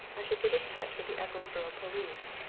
i should get in touch with the ecclesborough police.